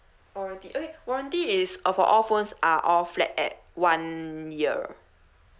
warranty eh warranty is uh for all phones are all flat at one year